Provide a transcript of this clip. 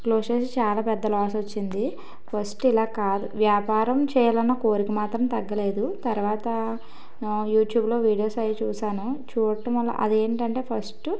close చేసి చాలా పెద్ద లాస్ వచ్చింది ఫస్ట్ ఇలా కాదు వ్యాపారం చేయాలన్న కోరిక మాత్రం తగ్గలేదు తర్వాత యూట్యూబ్లో వీడియోస్ అయ్యి చూసాను చూడటం వల్ల అది ఏంటంటే ఫస్ట్